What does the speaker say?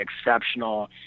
exceptional